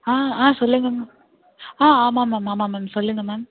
ஆ ஆ சொல்லுங்க ஆ ஆமாம் மேம் ஆமாம் மேம் சொல்லுங்க மேம்